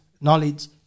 knowledge